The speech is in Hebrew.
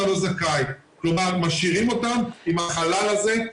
לא זכאי' כלומר משאירים אותם עם החלל הזה,